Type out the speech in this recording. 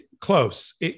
close